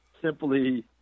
simply